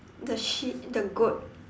the sheep the goat